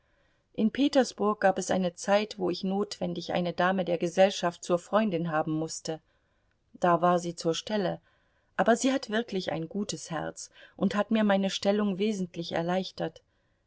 in petersburg gab es eine zeit wo ich notwendig eine dame der gesellschaft zur freundin haben mußte da war sie zur stelle aber sie hat wirklich ein gutes herz und hat mir meine stellung wesentlich erleichtert